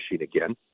again